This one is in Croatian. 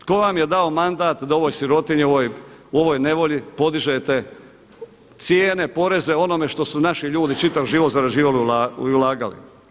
Tko vam je dao mandat da ovoj sirotinji i u ovoj nevolji podižete cijene, poreze onome što su naši ljudi čitav život zarađivali i ulagali?